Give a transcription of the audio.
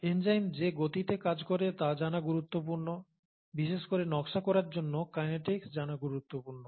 enzyme যে গতিতে কাজ করে তা জানা গুরুত্বপূর্ণ বিশেষ করে নকশা করার জন্য কাইনেটিক্স জানা গুরুত্বপূর্ণ